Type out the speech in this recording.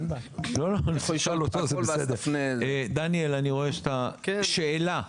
דניאל, אני רואה שאתה, שאלה.